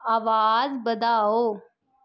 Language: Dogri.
आवाज बधाओ